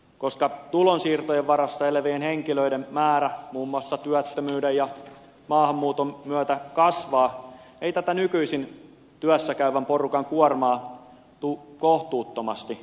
koska tulonsiirtojen varassa elävien henkilöiden määrä muun muassa työttömyyden ja maahanmuuton myötä kasvaa ei tätä nykyisin työssä käyvän porukan kuormaa tule kohtuuttomasti kasvattaa